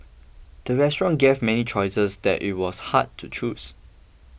the restaurant gave many choices that it was hard to choose